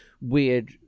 weird